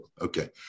Okay